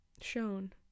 shown